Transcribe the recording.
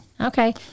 Okay